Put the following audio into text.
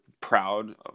proud